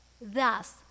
Thus